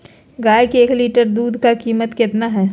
गाय के एक लीटर दूध का कीमत कितना है?